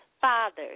Fathers